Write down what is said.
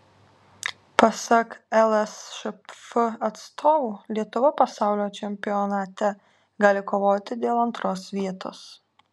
pasak lsšf atstovų lietuva pasaulio čempionate gali kovoti dėl antros vietos